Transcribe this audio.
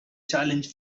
challenge